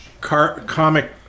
comic